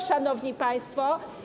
Szanowni Państwo!